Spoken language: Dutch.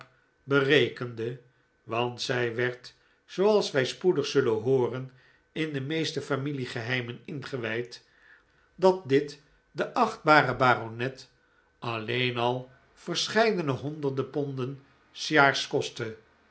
berekende want zij werd zooals wij spoedig zullen hooren in de meeste familiegeheimen ingewijd dat dit den achtbaren baronet alleen al verscheidene honderde ponden s jaars kostte